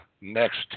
next